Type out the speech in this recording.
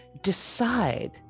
decide